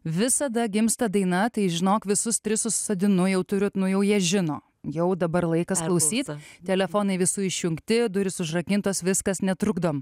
visada gimsta daina tai žinok visus tris susodinu jau turiu nu jau jie žino jau dabar laikas klausyt telefonai visų išjungti durys užrakintos viskas netrukdom